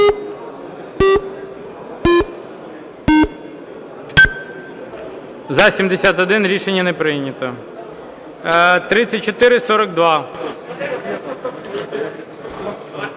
За-71 Рішення не прийнято. 3442.